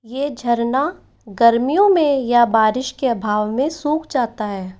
यह झरना गर्मियों में या बारिश के अभाव में सूख जाता है